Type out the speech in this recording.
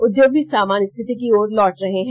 उद्योग भी सामान्य स्थिति की ओर लौट रहे हैं